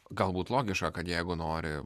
galbūt logiška kad jeigu nori